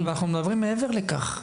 אבל אנחנו מדברים מעבר לכך,